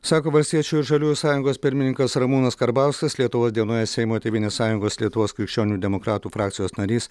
sako valstiečių ir žaliųjų sąjungos pirmininkas ramūnas karbauskas lietuvos dienoje seimo tėvynės sąjungos lietuvos krikščionių demokratų frakcijos narys